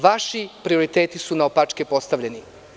Vaši prioriteti su naopačke postavljeni.